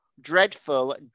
dreadful